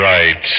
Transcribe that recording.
Right